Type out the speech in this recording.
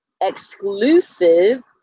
exclusive